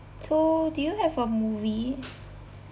so do you have a movie